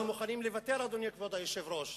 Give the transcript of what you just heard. אנחנו מוכנים לוותר, אדוני כבוד היושב-ראש,